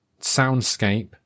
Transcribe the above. soundscape